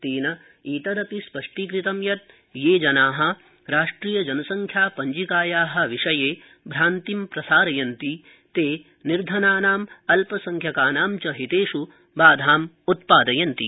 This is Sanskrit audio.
तेन एतदपि प्रोक्तम् यत् ये जना राष्ट्रीय जनसंख्यापव्जिकाया विषये भ्रान्ति प्रसारयन्ति ते निर्धनानां अल्पसंख्यकानां च हितेष् बाधाम् उत्पादयन्ति